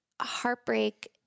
heartbreak